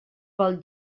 pel